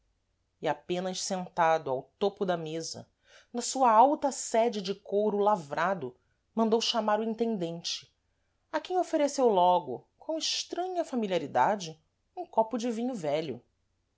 e apenas sentado ao tôpo da mesa na sua alta séde de couro lavrado mandou chamar o intendente a quem ofereceu logo com estranha familiaridade um copo de vinho vélho